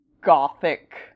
gothic